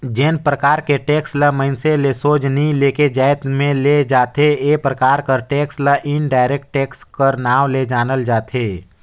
जेन परकार के टेक्स ल मइनसे ले सोझ नी लेके जाएत में ले जाथे ए परकार कर टेक्स ल इनडायरेक्ट टेक्स कर नांव ले जानल जाथे